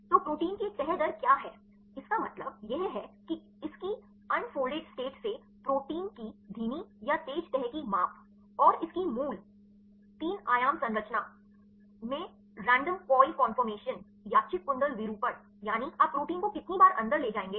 तो प्रोटीन की एक तह दर क्या है इसका मतलब यह है कि इसकी उनफोल्डेड स्टेट से प्रोटीन की धीमी या तेज़ तह की माप और इसकी मूल 3 आयाम संरचना में यादृच्छिक कुंडल विरूपण यानि आप प्रोटीन को कितनी बार अंदर ले जाएंगे